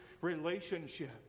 relationship